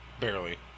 Barely